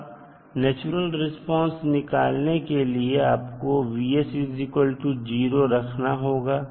अब natural response निकालने के लिए आपको Vs 0 रखना होगा